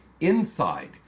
INSIDE